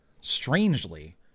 strangely